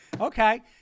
Okay